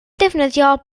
defnyddio